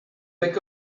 beg